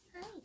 Hi